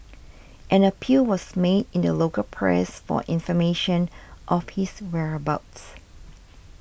an appeal was made in the local press for information of his whereabouts